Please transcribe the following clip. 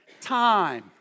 time